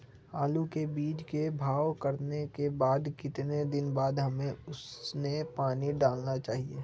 आलू के बीज के भाव करने के बाद कितने दिन बाद हमें उसने पानी डाला चाहिए?